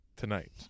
tonight